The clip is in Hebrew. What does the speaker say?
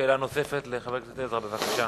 שאלה נוספת לחבר הכנסת עזרא, בבקשה.